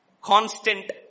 constant